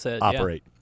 operate